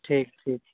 ᱴᱷᱤᱠ ᱴᱷᱤᱠ